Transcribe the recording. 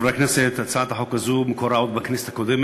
חבר הכנסת שטרית נמצא אתנו.